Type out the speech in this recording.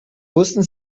wussten